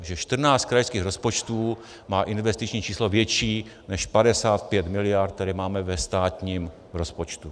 Že 14 krajských rozpočtů má investiční číslo větší než 55 mld., které máme ve státním rozpočtu.